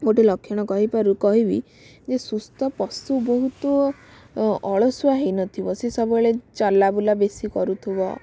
ଗୋଟେ ଲକ୍ଷଣ କହିପାରୁ କହିବି ଯେ ସୁସ୍ଥ ପଶୁ ବହୁତ ଅଳସୁଆ ହେଇନଥିବ ସେ ସବୁବେଳେ ଚଲାବୁଲା ବେଶୀ କରୁଥିବ